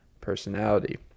personality